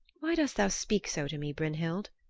why dost thou speak so to me, brynhild?